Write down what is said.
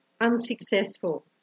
unsuccessful